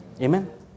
Amen